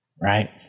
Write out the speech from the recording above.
Right